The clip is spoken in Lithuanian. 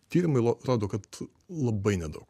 tyrimai rodo kad labai nedaug